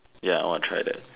ya want try that